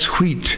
wheat